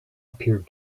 appeared